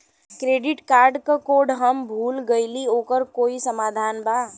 Credit card क code हम भूल गइली ओकर कोई समाधान बा?